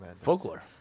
folklore